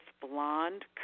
blonde